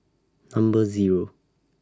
Number Zero